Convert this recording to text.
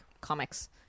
comics